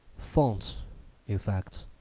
font effects